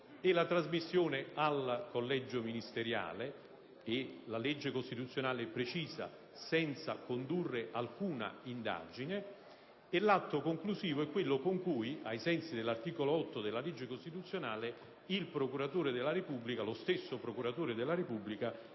e la trasmissione al collegio ministeriale, come precisa la legge costituzionale senza condurre alcuna indagine; l'atto conclusivo è quello con cui, ai sensi dell'articolo 8 della legge costituzionale n.1 del 1989, lo stesso procuratore della Repubblica